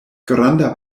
granda